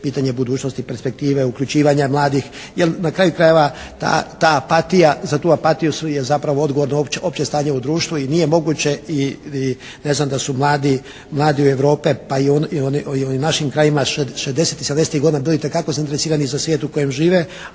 pitanje budućnosti, perspektive, uključivanja mladih. Jer na kraju krajeva ta apatija, za tu apatiju je zapravo odgovorno opće stanje u društvu i nije moguće i ne znam da su mladi Europe pa i oni u našim krajevima šezdesetih i sedamdesetih godina doista bili zainteresirani za svijet u kojem žive